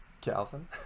Calvin